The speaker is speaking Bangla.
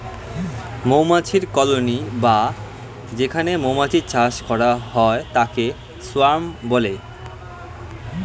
মৌমাছির কলোনি বা যেখানে মৌমাছির চাষ করা হয় তাকে সোয়ার্ম বলে